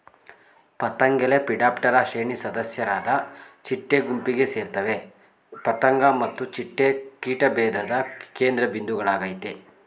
ಪತಂಗಲೆಪಿಡಾಪ್ಟೆರಾ ಶ್ರೇಣಿ ಸದಸ್ಯರಾದ ಚಿಟ್ಟೆ ಗುಂಪಿಗೆ ಸೇರ್ತವೆ ಪತಂಗ ಮತ್ತು ಚಿಟ್ಟೆ ಕೀಟ ಪ್ರಭೇಧದ ಕೇಂದ್ರಬಿಂದುಗಳಾಗಯ್ತೆ